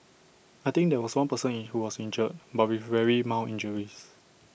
I think there was one person who was injured but with very mild injuries